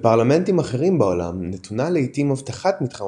בפרלמנטים אחרים בעולם נתונה לעיתים אבטחת מתחם